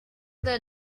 their